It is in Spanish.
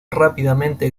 rápidamente